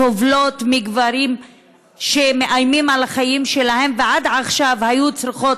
הסובלות מגברים שמאיימים על החיים שלהן ועד עכשיו היו צריכות